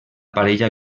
parella